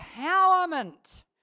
empowerment